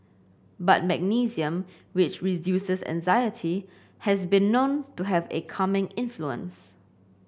but magnesium which reduces anxiety has been known to have a calming influence